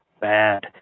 bad